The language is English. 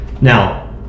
now